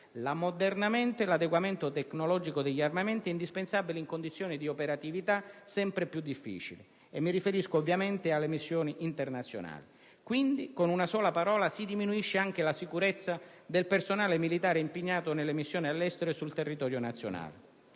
l'ammodernamento e 1'adeguamento tecnologico degli armamenti, indispensabili in condizioni di operatività sempre più difficili. Mi riferisco, ovviamente, alle missioni internazionali. Con una sola parola, quindi, si diminuisce anche la sicurezza del personale militare impegnato nelle missioni all'estero e sul territorio nazionale.